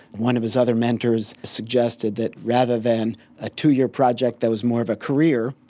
one of his other mentors suggested that rather than a two-year project that was more of a career,